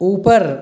ऊपर